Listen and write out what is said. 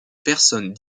personnes